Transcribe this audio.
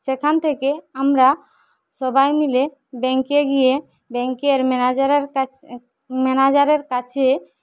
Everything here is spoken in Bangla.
সেখান থেকে আমরা সবাই মিলে ব্যাঙ্কে গিয়ে ব্যাঙ্কের ম্যানেজারের কাছ ম্যানেজারের কাছে